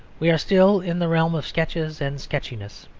we are still in the realm of sketches and sketchiness.